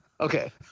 Okay